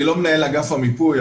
אני לא מנהל אגף המיפוי,